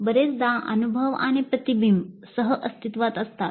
बरेचदा अनुभव आणि प्रतिबिंब सह अस्तित्त्वात असतात